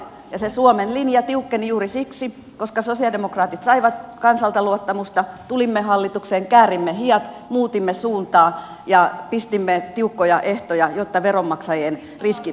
ja se suomen linja tiukkeni juuri siksi koska sosialidemokraatit saivat kansalta luottamusta tulimme hallitukseen käärimme hihat muutimme suuntaa ja pistimme tiukkoja ehtoja jotta veronmaksajien riskit rajataan